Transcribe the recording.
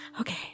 Okay